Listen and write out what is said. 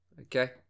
okay